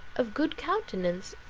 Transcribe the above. of good countenance,